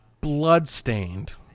Bloodstained